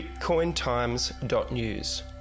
BitcoinTimes.News